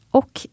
och